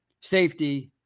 safety